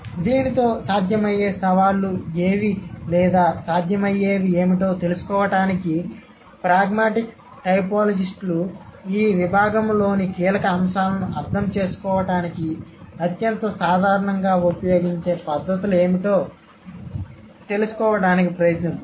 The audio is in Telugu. దీనితో సాధ్యమయ్యే సవాళ్లు ఏవి లేదా సాధ్యమయ్యేవి ఏమిటో తెలుసుకోవడానికి ప్రాగ్మాటిక్స్ టోపోలాజిస్ట్లు ఈ విభాగములోని కీలక అంశాలను అర్థం చేసుకోవడానికి అత్యంత సాధారణంగా ఉపయోగించే పద్ధతులు ఏమిటో తెలుసుకోవడానికి ప్రయత్నిద్దాం